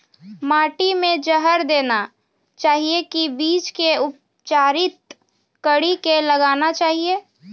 माटी मे जहर देना चाहिए की बीज के उपचारित कड़ी के लगाना चाहिए?